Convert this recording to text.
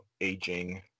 aging